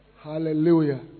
Hallelujah